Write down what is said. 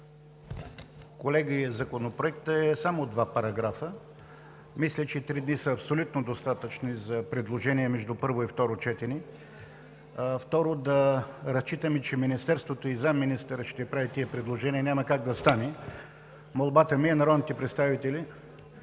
Колеги, Законопроектът е само от два параграфа – мисля, че три дни са абсолютно достатъчни за предложения между първо и второ четене. Второ, да разчитаме, че Министерството и заместник-министърът ще правят тези предложения – няма как да стане. Молбата ми е народните представители,